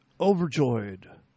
overjoyed